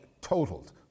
totaled